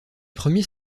premiers